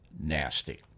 nasty